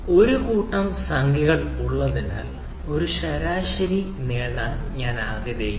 ഒരു കൂട്ടം സംഖ്യകൾ ഉള്ളതിനാൽ ഒരു ശരാശരി നേടാൻ ഞാൻ ആഗ്രഹിക്കുന്നു